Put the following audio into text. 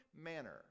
manner